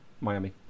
Miami